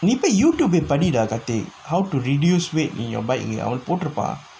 நீ போய்:nee poi YouTube போய் படிடா தட்டி:poi padidaa thatti how to reduce weight in your bike அங்க போட்டுருப்பா:angga potruppaa